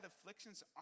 afflictions